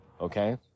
Okay